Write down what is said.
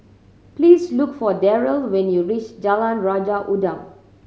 please look for Derrell when you reach Jalan Raja Udang